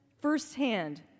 firsthand